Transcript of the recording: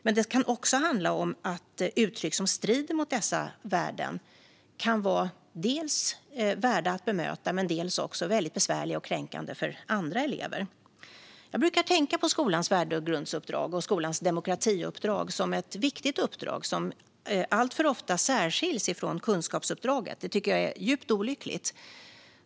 Men det kan också handla om att uttryck som strider mot dessa värden kan vara dels värda att bemöta, dels väldigt besvärliga och kränkande för andra elever. Jag brukar tänka på skolans värdegrunds och demokratiuppdrag som ett viktigt uppdrag, som alltför ofta särskiljs från kunskapsuppdraget. Detta tycker jag är djupt olyckligt.